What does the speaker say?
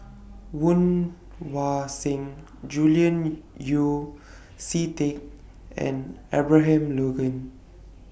Woon Wah Siang Julian Yeo See Teck and Abraham Logan